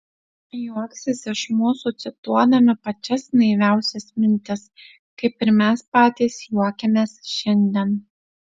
juoksis iš mūsų cituodami pačias naiviausias mintis kaip ir mes patys juokiamės šiandien